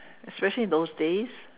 especially in those days